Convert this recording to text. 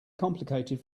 complicated